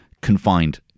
confined